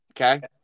Okay